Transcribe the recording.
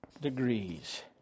degrees